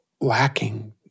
lacking